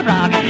Rock